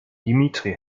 dimitri